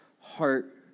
heart